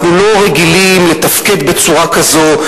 אנחנו לא רגילים לתפקד בצורה כזו.